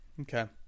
okay